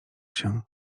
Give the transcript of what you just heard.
się